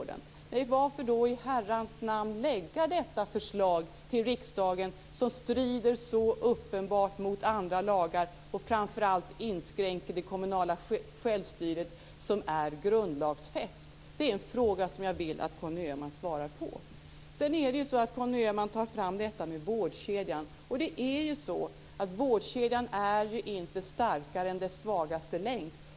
Men varför då i Herrans namn lägga detta förslag till riksdagen som ju så uppenbart strider mot andra lagar och som framför allt inskränker det kommunala självstyret som är grundlagsfäst? Den frågan vill jag att Conny Öhman svarar på. Conny Öhman tar också fram detta med vårdkedjan men det är ju så att vårdkedjan inte är starkare än sin svagaste länk.